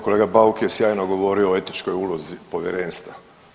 Kolega Bauk je sjajno govorio o etičkoj ulozi Povjerenstva.